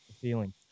feeling